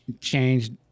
Changed